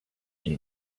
been